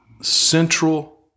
Central